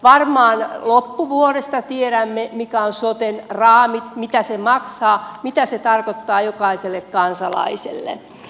varmaan loppuvuodesta tiedämme mitkä ovat soten raamit mitä se maksaa mitä se tarkoittaa jokaiselle kansalaiselle